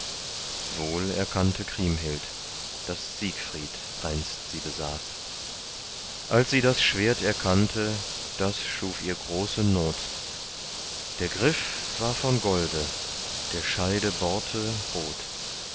wohl erkannte kriemhild daß siegfried einst sie besaß als sie das schwert erkannte das schuf ihr große not der griff war von golde der scheide borte rot